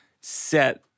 set